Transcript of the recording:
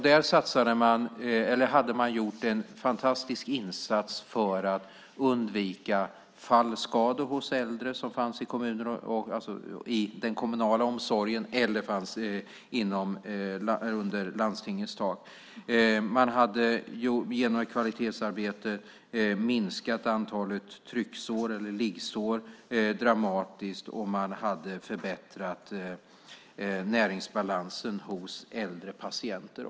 Där hade man gjort en fantastisk insats för att undvika fallskador hos äldre som fanns i den kommunala omsorgen eller under landstingets tak. Man hade genom kvalitetsarbete minskat antalet trycksår eller liggsår dramatiskt. Man hade också förbättrat näringsbalansen hos äldre patienter.